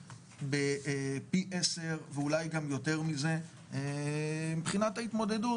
פי עשר ואולי גם יותר מזה מבחינת ההתמודדות,